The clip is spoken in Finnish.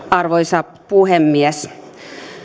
arvoisa puhemies